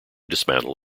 dismantle